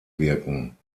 wirken